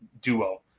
duo